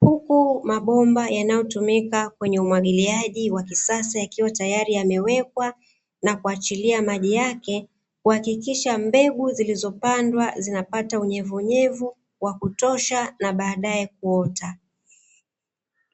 huku mabomba yanayotumika kwenye umwagiliaji wa kisasa yakiwa tayari yamewekwa, na kuachilia maji yake kuhakikisha mbegu zilizopandwa zinapata unyevunyevu wa kutosha na baadaye kuota.